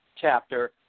chapter